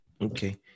okay